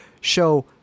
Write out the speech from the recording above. show